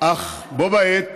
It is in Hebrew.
אך בה בעת